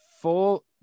full